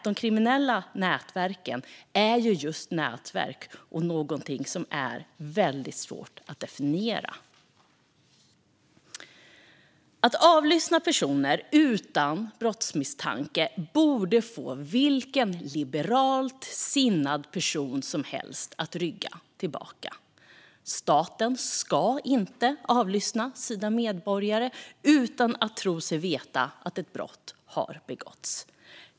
De kriminella nätverken är just nätverk och väldigt svåra att definiera. Att avlyssna personer utan att det finns en brottsmisstanke borde få vilken liberalt sinnad person som helst att rygga tillbaka. Staten ska inte avlyssna sina medborgare utan att tro sig veta att ett brott har begåtts.